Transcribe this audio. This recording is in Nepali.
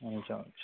हुन्छ हुन्छ